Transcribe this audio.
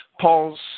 Paul's